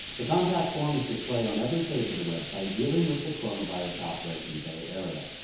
the contact form is displayed on every page of the website, dealing with the coronavirus outbreak in the bay area.